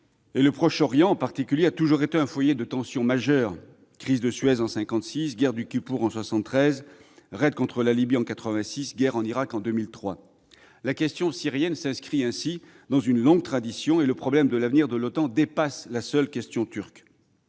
Le Proche-Orient, en particulier, a toujours été un foyer de tensions majeures : je pense à la crise de Suez, en 1956, à la guerre du Kippour, en 1973, au raid contre la Libye, en 1986, et à la guerre en Irak, en 2003. La question syrienne s'inscrit ainsi dans une longue tradition et le problème de l'avenir de l'OTAN dépasse la seule question turque.